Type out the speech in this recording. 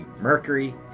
Mercury